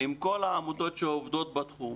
עם כל העמותות שעובדות בתחום.